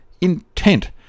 intent